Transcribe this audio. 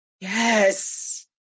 Yes